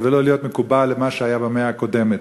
ולא להיות מקובע למה שהיה במאה הקודמת.